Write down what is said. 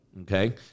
okay